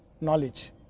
knowledge